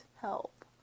help